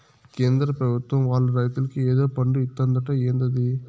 కేంద్ర పెభుత్వం వాళ్ళు రైతులకి ఏదో ఫండు ఇత్తందట ఏందది